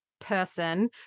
person